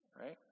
right